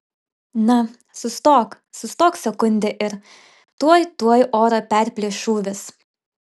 na sustok sustok sekundę ir tuoj tuoj orą perplėš šūvis